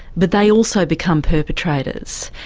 but they also become perpetrators,